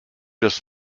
des